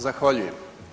Zahvaljujem.